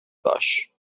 باش